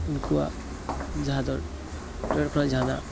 ᱩᱱᱠᱩᱣᱟᱜ ᱡᱟᱦᱟᱸ ᱫᱚ ᱴᱚᱭᱞᱮᱴ ᱠᱷᱚᱱᱟᱜ ᱡᱟᱦᱟᱱᱟᱜ